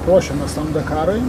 ruošemės tam dakarui